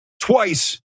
twice